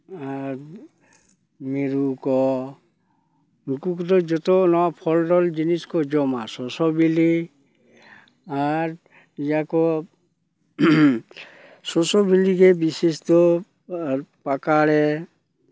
ᱟᱨ ᱢᱤᱨᱩ ᱠᱚ ᱱᱩᱠᱩ ᱠᱚᱫᱚ ᱡᱚᱛᱚ ᱱᱚᱣᱟ ᱯᱷᱚᱞᱰᱚᱞ ᱡᱤᱱᱤᱥ ᱠᱚ ᱡᱚᱢᱟ ᱥᱚᱥᱚᱵᱤᱞᱤ ᱟᱨ ᱤᱭᱟᱹ ᱠᱚ ᱥᱚᱥᱚ ᱵᱤᱞᱤᱜᱮ ᱵᱤᱥᱮᱥ ᱫᱚ ᱟᱨ ᱯᱟᱠᱟᱲᱮ